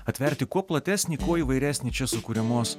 atverti kuo platesnį kuo įvairesnį čia sukuriamos